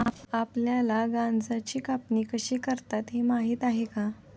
आपल्याला गांजाची कापणी कशी करतात हे माहीत आहे का?